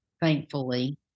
thankfully